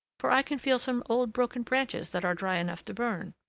for i can feel some old broken branches that are dry enough to burn.